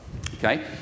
okay